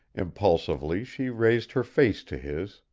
impulsively she raised her face to his,